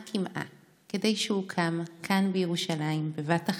קמעה כדי שאוקם כאן בירושלים / בבת אחת,